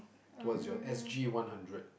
what's your S_G one hundred